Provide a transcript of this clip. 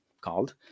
called